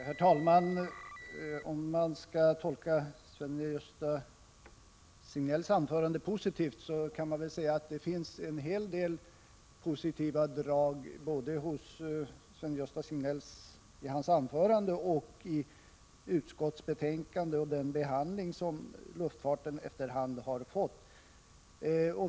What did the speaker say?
Herr talman! Om jag skall tolka Sven-Gösta Signells anförande välvilligt kan jag säga att det finns en hel del positiva drag både i hans anförande, i utskottets betänkande och i den behandling som frågan om luftfarten efter hand har fått.